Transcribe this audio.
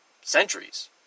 centuries